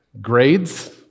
grades